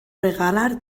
regalar